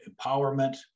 empowerment